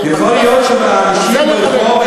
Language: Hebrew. יכול להיות שהאנשים ברחוב,